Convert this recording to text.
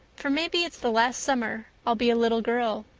for maybe it's the last summer i'll be a little girl.